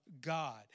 God